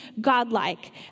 godlike